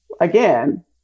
again